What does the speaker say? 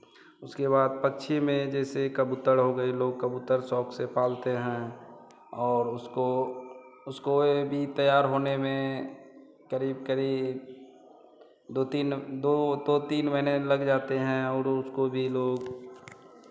उसके बाद पक्षी में जैसे कबूतर हो गए लोग कबूतर शौक से पालते हैं और उसको उसको ये भी तैयार होने में करीब करीब दो तीन दो दो तीन महीने लग जाते हैं और वो उसको भी लोग